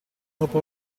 dopo